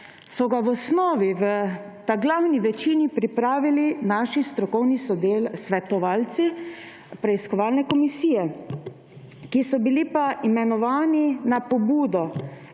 so ga v osnovi v glavni večini pripravili naši strokovni svetovalci preiskovalne komisije, ki so bili imenovani na pobudo,